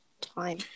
time